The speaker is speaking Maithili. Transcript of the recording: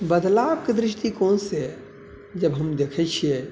बदलावके दृष्टिकोणसँ जब हम देखै छियै